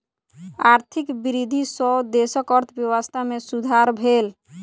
आर्थिक वृद्धि सॅ देशक अर्थव्यवस्था में सुधार भेल